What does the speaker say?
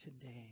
today